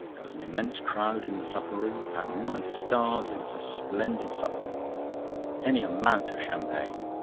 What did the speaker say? there was an immense crowd in the supper-room, and, my stars! it was a splendid supper any amount of champagne.